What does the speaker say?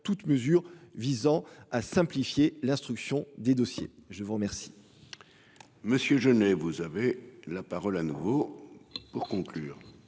toute mesure visant à simplifier l'instruction des dossiers. Je vous remercie.